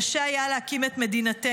"קשה היה להקים את מדינתנו,